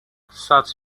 such